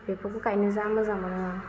बेफोरखौ गायनो जा मोजां मोनो आं